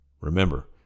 Remember